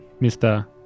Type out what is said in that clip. Mr